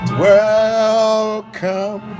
welcome